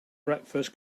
breakfast